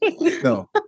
No